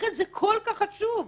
לכן, זה כל כך חשוב.